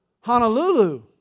Honolulu